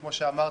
כמו שאמרתי,